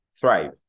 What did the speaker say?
thrive